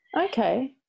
Okay